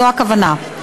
זו הכוונה.